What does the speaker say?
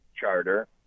charter